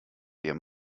der